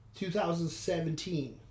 2017